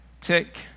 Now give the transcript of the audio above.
Tick